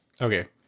Okay